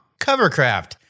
Covercraft